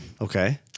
Okay